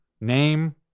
name